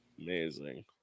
Amazing